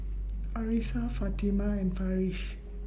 Arissa Fatimah and Farish